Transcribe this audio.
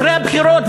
אחרי הבחירות,